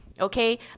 Okay